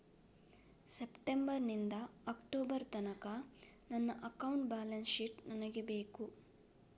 September ನಿಂದ October ತನಕ ನನ್ನ ಅಕೌಂಟ್ ಬ್ಯಾಲೆನ್ಸ್ ಶೀಟ್ ನನಗೆ ಬೇಕು